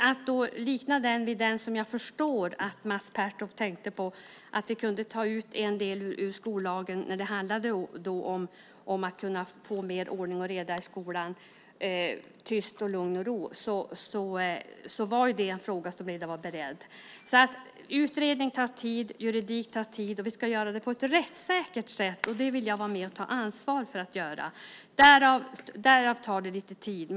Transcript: Att göra som jag förstår att Mats Pertoft tänkte på, att lyfta ut en del ur skollagen, att få mer ordning och reda i skolan, lugn och ro, gällde en fråga som redan var beredd. Utredningar tar tid. Juridik tar tid. Vi ska göra detta på ett rättssäkert sätt. Jag vill vara med och ta ansvar för att göra det. Därför tar det lite tid.